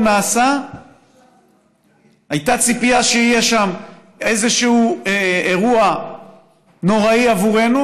נעשה הייתה ציפייה שיהיה שם איזשהו אירוע נוראי עבורנו,